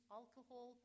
alcohol